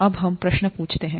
अब हम प्रश्न पूछते हैं